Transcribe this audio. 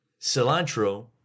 cilantro